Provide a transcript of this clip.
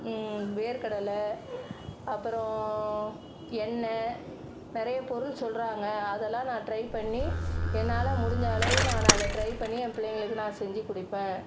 வேர்க்கடலை அப்புறம் எண்ணெய் நிறைய பொருள் சொல்கிறாங்க அதெல்லாம் நான் ட்ரை பண்ணி என்னால் முடிஞ்ச அளவு நான் அதை ட்ரை பண்ணி என் பிள்ளைங்களுக்கு நான் செஞ்சுக் கொடுப்பேன்